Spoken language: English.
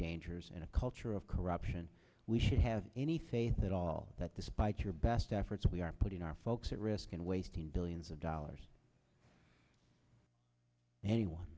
dangers and a culture of corruption we should have any say that all that despite your best efforts we are putting our folks at risk and wasting billions of dollars anyone